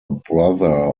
brother